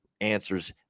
answers